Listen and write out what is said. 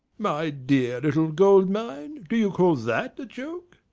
my dear little gold mine, do you call that a joke?